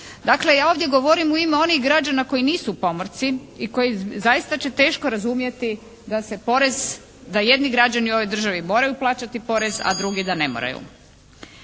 Dakle ovdje govorim u ime onih građana koji nisu pomorci i koji zaista će teško razumjeti da se porez, da jedni građani u ovoj državi moraju plaćati porez, a drugi da ne moraju.